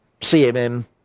CMM